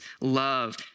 love